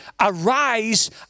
arise